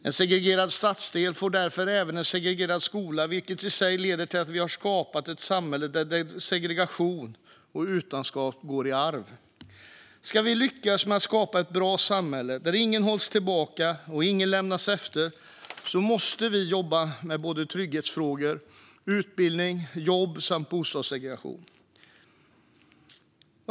En segregerad stadsdel får därför även en segregerad skola, vilket i sig har lett till att vi har skapat ett samhälle där segregation och utanförskap går i arv. Ska vi lyckas med att skapa ett bra samhälle där ingen hålls tillbaka och ingen lämnas efter måste vi jobba med både trygghetsfrågor, utbildning, jobb och bostadssegregation.